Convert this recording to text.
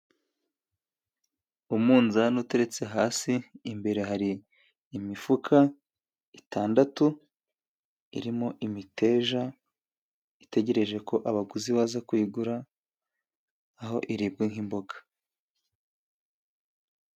Umunzani uteretse hasi, imbere hari imifuka esheshatu irimo imiteja itegereje ko abaguzi baza kuyigura, aho iribwa nk'imboga.